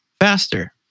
faster